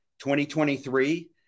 2023